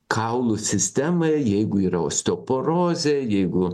kaulų sistemai jeigu yra osteoporozė jeigu